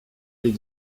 les